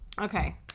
okay